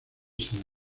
san